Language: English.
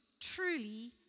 truly